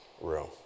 room